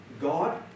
God